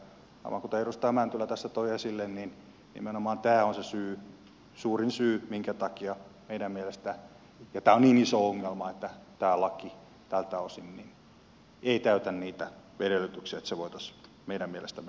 aivan kuten edustaja mäntylä tässä toi esille nimenomaan tämä on se suurin syy ja tämä on niin iso ongelma minkä takia meidän mielestämme tämä laki tältä osin ei täytä niitä edellytyksiä että se voitaisiin meidän mielestämme hyväksyä